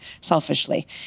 selfishly